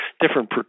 different